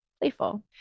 playful